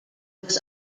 was